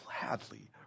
gladly